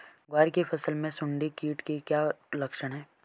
ग्वार की फसल में सुंडी कीट के क्या लक्षण है?